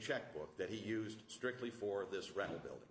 checkbook that he used strictly for this rental building